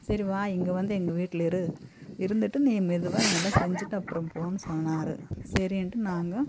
சரி வா இங்கே வந்து எங்கள் வீட்டில் இரு இருந்துட்டு நீ மெதுவாக எல்லாம் செஞ்சிகிட்டு அப்புறம் போன்னு சொன்னார் சரின்ட்டு நாங்கள்